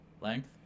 Length